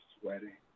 sweating